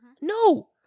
No